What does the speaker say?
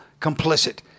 complicit